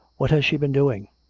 what has she been doing?